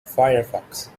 firefox